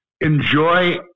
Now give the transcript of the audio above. enjoy